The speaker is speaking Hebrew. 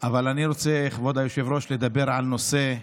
אבל אני רוצה, כבוד היושב-ראש, לדבר על נושא כואב,